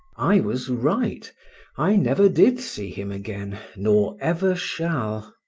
i was right i never did see him again, nor ever shall.